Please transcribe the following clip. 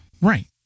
Right